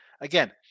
Again